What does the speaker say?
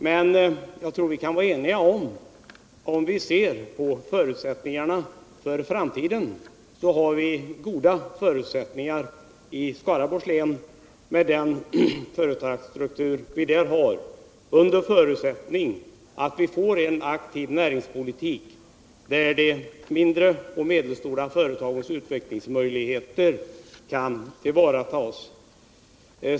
Men om vi ser på förutsättningarna för framtiden tror jag att vi kan vara eniga om att dessa är goda för Skaraborgs län med den företagsstruktur vi har där under förutsättning att vi får en aktiv näringspolitik som tillvaratar de mindre och medelstora företagens möjligheter.